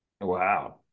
Wow